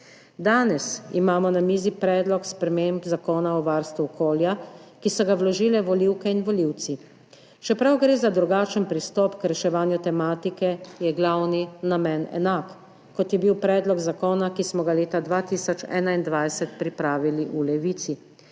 Danes imamo na mizi predlog sprememb Zakona o varstvu okolja, ki so ga vložile volivke in volivci. Čeprav gre za drugačen pristop k reševanju tematike, je glavni namen enak, kot je bil predlog zakona, ki smo ga leta 2021 pripravili v Levici